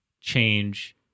change